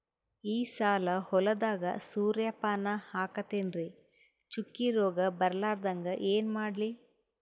ಈ ಸಲ ಹೊಲದಾಗ ಸೂರ್ಯಪಾನ ಹಾಕತಿನರಿ, ಚುಕ್ಕಿ ರೋಗ ಬರಲಾರದಂಗ ಏನ ಮಾಡ್ಲಿ?